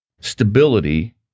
stability